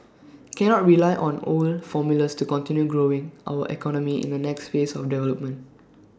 cannot rely on own formulas to continue growing our economy in the next phase of development